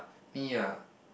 me ah